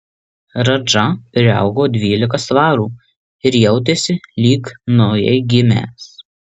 radža priaugo dvylika svarų ir jautėsi lyg naujai gimęs